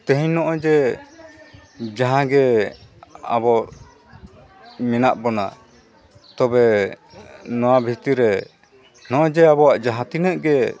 ᱛᱮᱦᱮᱧ ᱱᱚᱜᱼᱚᱭ ᱡᱮ ᱡᱟᱦᱟᱸᱭ ᱜᱮ ᱟᱵᱚ ᱢᱮᱱᱟᱜ ᱵᱚᱱᱟ ᱱᱚᱜᱼᱚᱭ ᱡᱮ ᱱᱚᱣᱟ ᱵᱷᱤᱛᱤᱨ ᱨᱮ ᱱᱚᱜᱼᱚᱭ ᱡᱮ ᱟᱵᱚᱣᱟᱜ ᱡᱟᱦᱟᱸ ᱛᱤᱱᱟᱹᱜ ᱜᱮ